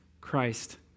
Christ